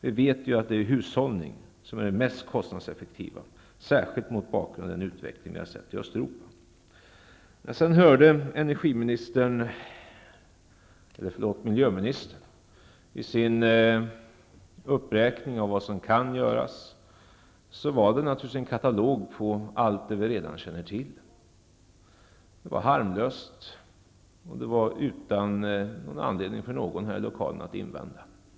Vi vet ju att det är hushållning som är det mest kostnadseffektiva, särskilt mot bakgrund av den utveckling vi har sett i Östeuropa. Miljöministerns uppräkning av vad som kan göras var en katalog över allt det vi redan känner till. Det var harmlöst, och det gav inte anledning till invändningar från någon här i lokalen.